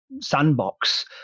sandbox